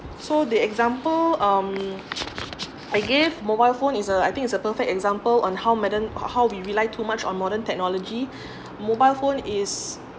so the example um I give mobile phone is a I think is a perfect example on how modern how we rely too much on modern technology mobile phone is